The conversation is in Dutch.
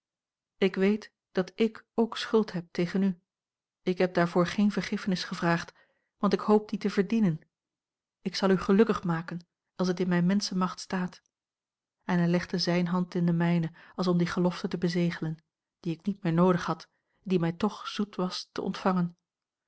ik weet dat ik ook schuld heb tegen u ik heb daarvoor geene vergiffenis gevraagd want ik hoop die te verdienen ik zal u gelukkig maken als het in menschenmacht staat en hij legde zijne hand in de mijne als om die gelofte te bezegelen die ik niet meer noodig had en die mij toch zoet was te ontvangen